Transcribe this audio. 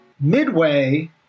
Midway